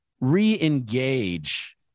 re-engage